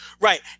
Right